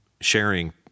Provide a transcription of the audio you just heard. Sharing